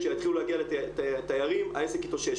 כשיתחילו להגיע תיירים העסק התאושש.